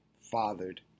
fathered